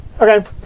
Okay